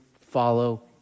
follow